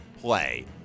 play